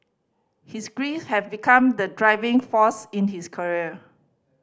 his grief have become the driving force in his career